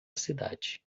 cidade